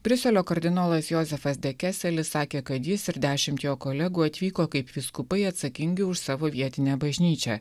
briuselio kardinolas jozefas de keselis sakė kad jis ir dešimt jo kolegų atvyko kaip vyskupai atsakingi už savo vietinę bažnyčią